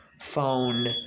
phone